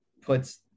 puts –